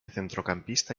centrocampista